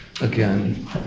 again